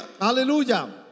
Hallelujah